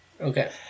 Okay